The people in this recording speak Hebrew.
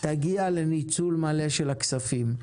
תגיע לניצול מלא של הכספים,